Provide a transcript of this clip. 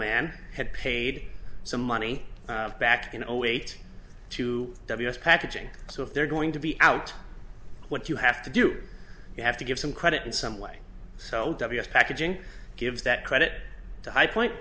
man had paid some money back in zero eight to ws packaging so if they're going to be out what you have to do you have to give some credit in some way so packaging gives that credit to highpoint